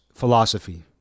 Philosophy